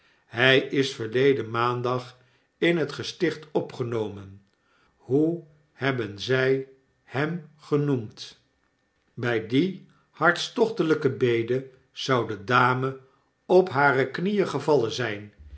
hy is verleden maandag in het gesticht opgenomen hoe hebben zy hem genoemd bij die hartstochtelijke bede zou de dame op hare knieen gevallen zyn